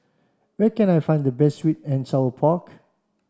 where can I find the best sweet and sour pork